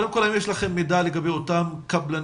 קודם כל האם יש לכם מידע לגבי אותם קבלנים,